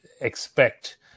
expect